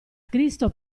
cristo